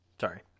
Sorry